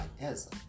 Yes